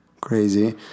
Crazy